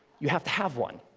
you have to have one,